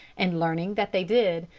and, learning that they did,